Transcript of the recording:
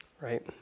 right